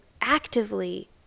actively